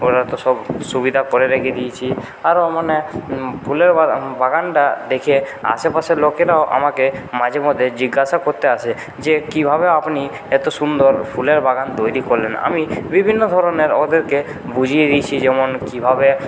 তো সব সুবিধা করে রেখে দিয়েছি আরও মানে ফুলের বাগানটা দেখে আশেপাশের লোকেরাও আমাকে মাঝেমধ্যে জিজ্ঞাসা করতে আসে যে কীভাবে আপনি এত সুন্দর ফুলের বাগান তৈরি করলেন আমি বিভিন্ন ধরনের ওদেরকে বুঝিয়ে দিয়েছি যেমন কীভাবে